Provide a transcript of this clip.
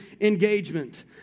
engagement